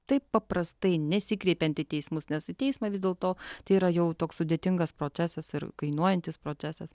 taip paprastai nesikreipiant į teismus nes į teismą vis dėlto tai yra jau toks sudėtingas procesas ir kainuojantis procesas